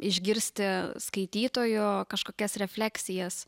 išgirsti skaitytojų kažkokias refleksijas